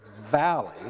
valley